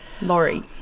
Laurie